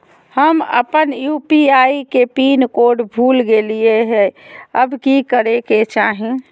हम अपन यू.पी.आई के पिन कोड भूल गेलिये हई, अब की करे के चाही?